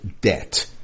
debt